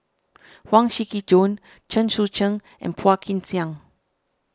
Huang Shiqi Joan Chen Sucheng and Phua Kin Siang